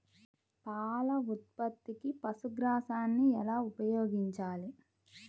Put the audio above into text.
పాల ఉత్పత్తికి పశుగ్రాసాన్ని ఎలా ఉపయోగించాలి?